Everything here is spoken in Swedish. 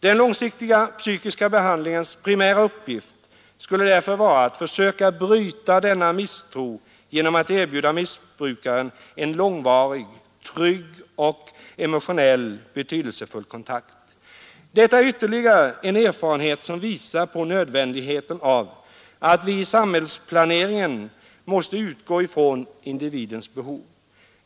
Den långsiktiga psykologiska behandlingens primära uppgift skulle därför vara att försöka bryta denna misstro genom att erbjuda missbrukaren en långvarig, trygg och emotionellt betydelsefull kontakt. Detta är ytterligare en erfarenhet som visar på nödvändigheten av att vi i samhällsplaneringen utgår från individens behov.